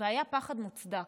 והיה פחד מוצדק,